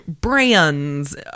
brands